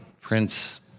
Prince